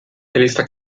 eliza